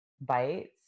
bites